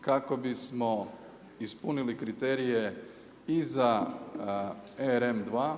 kako bismo ispunili kriterije i za RM2